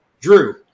Drew